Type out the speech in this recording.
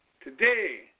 today